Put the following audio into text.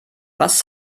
was